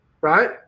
right